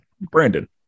Brandon